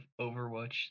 Overwatch